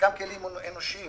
חלקם כלים אנושיים.